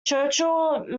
churchill